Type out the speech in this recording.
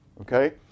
Okay